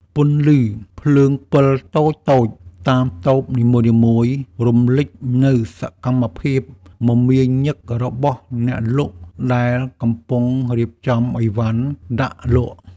ពន្លឺភ្លើងពិលតូចៗតាមតូបនីមួយៗរំលេចនូវសកម្មភាពមមាញឹករបស់អ្នកលក់ដែលកំពុងរៀបចំឥវ៉ាន់ដាក់លក់។